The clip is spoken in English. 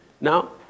Now